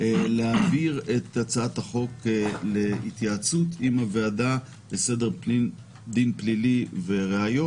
להעביר את הצעת החוק להתייעצות עם הוועדה לסדר דין פלילי וראיות,